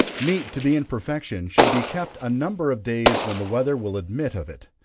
meat to be in perfection should be kept a number of days when the weather will admit of it.